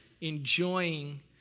enjoying